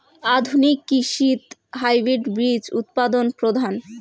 আধুনিক কৃষিত হাইব্রিড বীজ উৎপাদন প্রধান